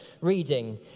reading